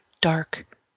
Dark